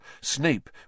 Snape